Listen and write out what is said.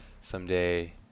someday